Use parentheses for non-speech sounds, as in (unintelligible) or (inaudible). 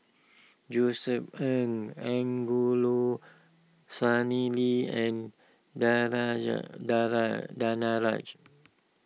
Josef Ng Angelo Sanelli and (unintelligible) Danaraj